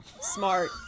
Smart